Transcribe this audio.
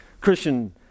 Christian